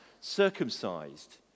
circumcised